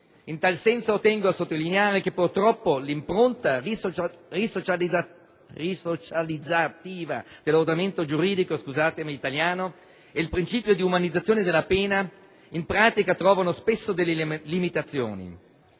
In tal senso tengo a sottolineare che purtroppo l'impronta risocializzativa dell'ordinamento giuridico e il principio di umanizzazione della pena in pratica trovano spesso delle limitazioni.